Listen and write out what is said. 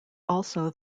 also